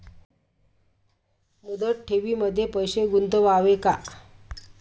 मुदत ठेवींमध्ये पैसे गुंतवावे का?